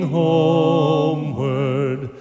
homeward